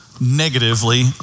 negatively